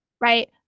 Right